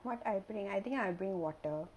what I'll bring I think I'll bring water